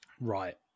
Right